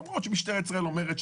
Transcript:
למרות שמשטרת ישראל אומרת,